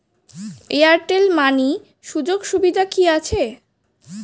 Airtel money সুযোগ সুবিধা কি আছে?